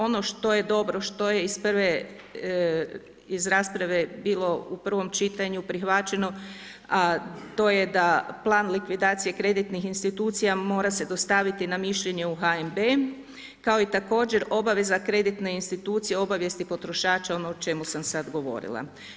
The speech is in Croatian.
Ono što je dobro, što je iz rasprave bilo u prvom čitanju prihvaćeno, a to je da plan likvidacije kreditnih institucija mora se dostaviti na mišljenje u HNB kao i također obaveza kreditne institucije obavijesti potrošača ono o čemu sam sad govorila.